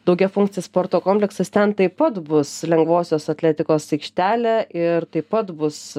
daugiafunkcis sporto kompleksas ten taip pat bus lengvosios atletikos aikštelė ir taip pat bus